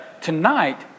tonight